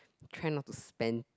try not to spend